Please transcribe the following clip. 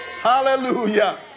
Hallelujah